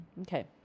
Okay